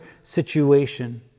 situation